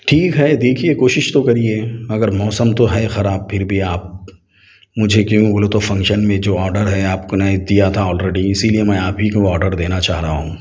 ٹھیک ہے دیکھیے کوشش تو کریے اگر موسم تو ہے خراب پھر بھی آپ مجھے کیوں بولے تو فنکشن میں جو آڈر ہے آپ کو نہیں دیا تھا آلریڈی اسی لیے میں آپ ہی کو وہ آڈر دینا چاہ رہا ہوں